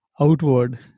outward